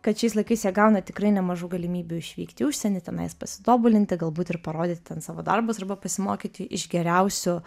kad šiais laikais jie gauna tikrai nemažų galimybių išvykt į užsienį tenais pasitobulinti galbūt ir parodyti ten savo darbus arba pasimokyti iš geriausių